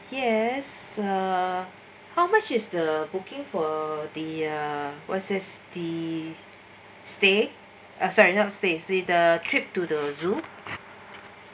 yes uh how much is the booking for the was this the stay ah sorry not stay is the trip to the zoo